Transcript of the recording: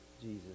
Jesus